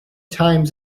times